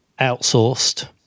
outsourced